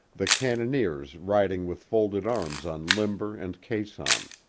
the cannoneers riding with folded arms on limber and caisson.